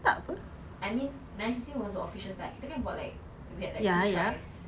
I mean nine fifteen was the official start kita buat like we had like two tries